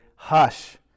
Hush